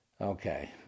Okay